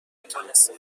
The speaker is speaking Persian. میتوانستم